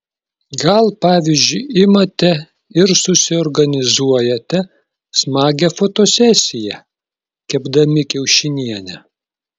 gal pavyzdžiui imate ir susiorganizuojate smagią fotosesiją kepdami kiaušinienę